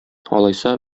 алайса